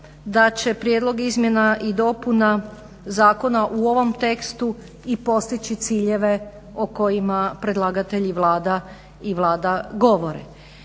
da će prijedlog izmjena i dopuna zakona u ovom tekstu i postići ciljeve o kojima predlagatelj i Vlada govore.